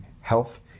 health